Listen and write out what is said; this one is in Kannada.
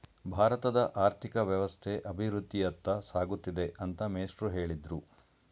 ಭಾರತದ ಆರ್ಥಿಕ ವ್ಯವಸ್ಥೆ ಅಭಿವೃದ್ಧಿಯತ್ತ ಸಾಗುತ್ತಿದೆ ಅಂತ ಮೇಷ್ಟ್ರು ಹೇಳಿದ್ರು